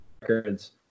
records